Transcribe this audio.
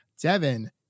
Devin